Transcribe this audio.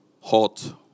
hot